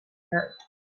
heart